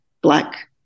black